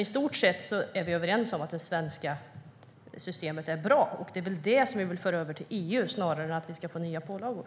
I stort sett är vi överens om att det svenska systemet är bra, och det är det vi vill föra över till EU snarare än nya pålagor.